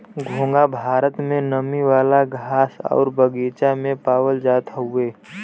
घोंघा भारत में नमी वाला घास आउर बगीचा में पावल जात हउवे